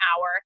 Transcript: hour